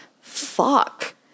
fuck